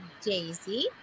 Daisy